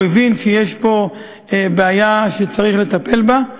הוא הבין שיש פה בעיה שצריך לטפל בה.